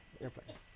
airplane